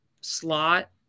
slot